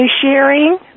Sharing